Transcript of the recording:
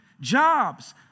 jobs